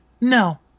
no